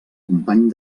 company